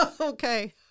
Okay